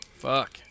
Fuck